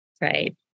right